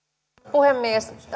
puhemies